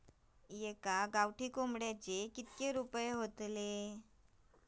एका गावठी कोंबड्याचे कितके रुपये?